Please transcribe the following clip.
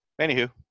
Anywho